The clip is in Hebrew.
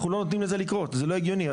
אנחנו לא נותנים לזה לקרות, זה לא הגיוני.